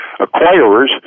acquirers